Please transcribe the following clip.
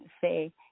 say